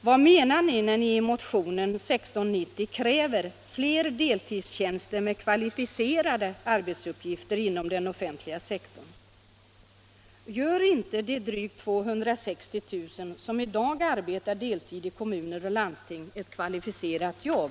Vad menar ni när ni i motionen 1690 kräver fler deltidstjänster med kvalificerade arbetsuppgifter inom den offentliga sektorn? Gör inte de drygt 260 000 som i dag arbetar deltid i kommuner och landsting ett kvalificerat jobb?